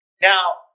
now